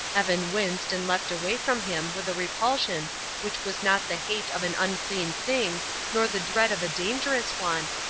evan winced and leapt away from him with a repulsion which was not the hate of an unclean thing nor the dread of a dangerous one,